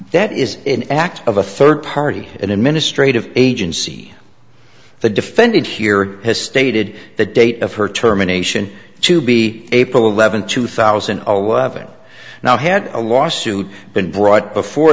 that is an act of a third party an administrative agency the defendant here has stated the date of her terminations to be april eleventh two thousand now had a lawsuit been brought before